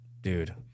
Dude